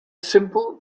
simple